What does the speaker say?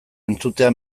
entzutea